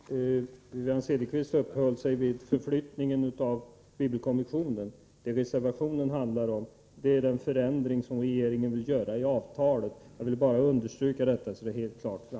Herr talman! Wivi-Anne Cederqvist uppehöll sig vid förflyttningen av bibelkommissionen. Reservationen handlar om den förändring som regeringen vill göra i avtalet. Jag vill bara understryka detta.